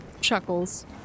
chuckles